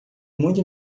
muito